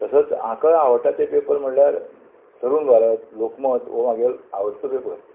तसोच म्हाका आवडटा ते पेपर म्हणल्यार तरूण भारत लोकमत हो म्हागेलो आवडतो पेपर